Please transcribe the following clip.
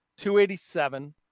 287